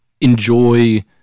enjoy